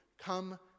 Come